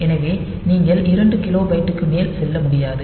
எனவே நீங்கள் 2 கிலோபைட்டுக்கு மேல் செல்ல முடியாது